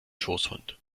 schoßhund